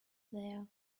there